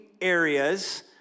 areas